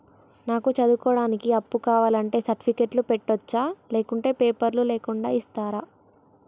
నాకు చదువుకోవడానికి అప్పు కావాలంటే సర్టిఫికెట్లు పెట్టొచ్చా లేకుంటే పేపర్లు లేకుండా ఇస్తరా?